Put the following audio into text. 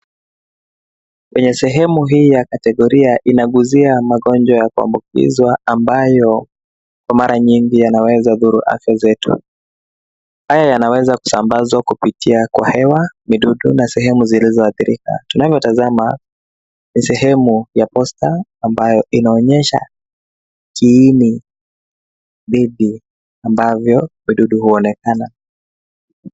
Kwenye sehemu hii ya kategoria inaguzia magonjwa ya kuambukizwa ambayo kwa mara nyingi yanaweza dhuru afya zetu. Haya yanaweza kusambazwa kupitia kwa hewa, vidudu na sehemu zilizoathirika. Tunavyotazama, ni sehemu ya posta ambayo inaonyesha, kiini vipi ambavyo vidudu huonekana.